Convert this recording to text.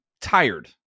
tired